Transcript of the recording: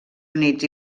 units